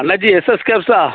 Annachi S S கேப்ஸா